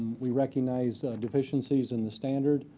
we recognize deficiencies in the standard.